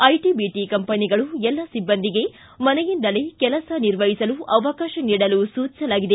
ಐಟ BT ಕಂಪನಿಗಳು ಎಲ್ಲ ಸಿಬ್ಬಂದಿಗೆ ಮನೆಯಿಂದಲೇ ಕೆಲಸ ನಿರ್ವಹಿಸಲು ಅವಕಾಶ ನೀಡಲು ಸೂಚಿಸಲಾಗಿದೆ